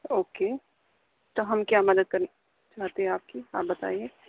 okay تو ہم کیا مدد کر چاہتے ہیں آپ کی آپ بتائیے